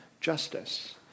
justice